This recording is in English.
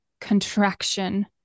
contraction